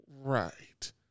Right